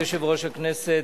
ואת יושב-ראש הוועדה.